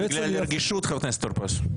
בגלל הרגישות, חבר הכנסת טור פז.